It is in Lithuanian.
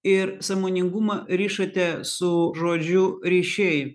ir sąmoningumą rišate su žodžiu ryšiai